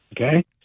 okay